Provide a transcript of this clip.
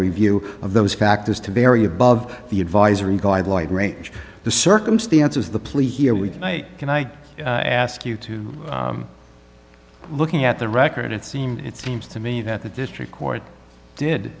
review of those factors to very above the advisory guidelines range the circumstances the plea here we can i ask you to looking at the record it seemed it seems to me that the district court did